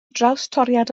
drawstoriad